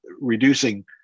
Reducing